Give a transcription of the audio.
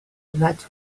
that